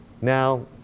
Now